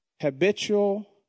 habitual